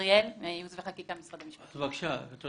בבקשה אדוני,